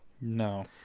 no